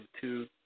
two